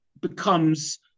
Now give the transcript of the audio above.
becomes